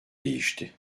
değişti